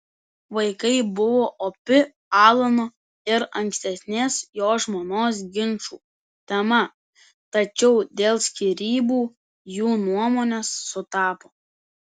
vaikai buvo opi alano ir ankstesnės jo žmonos ginčų tema tačiau dėl skyrybų jų nuomonės sutapo